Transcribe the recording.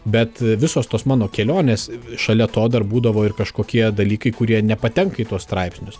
bet visos tos mano kelionės šalia to dar būdavo ir kažkokie dalykai kurie nepatenka į tuos straipsnius